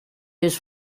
his